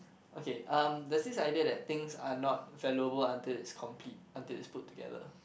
okay um there's this idea that things are not valuable until it's complete until it's put together